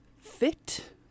fit